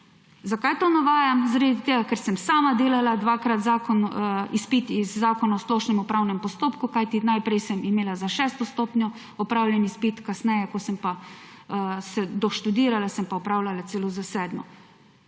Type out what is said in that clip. Zakaj to navajam? Zaradi tega, ker sem sama delala dvakrat izpit iz Zakona o splošnem upravnem postopku, kajti najprej sem imela za šesto stopnjo opravljen izpit, kasneje, ko pa sem doštudirala, sem pa opravljala celo za sedmo.